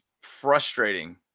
frustrating